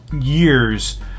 years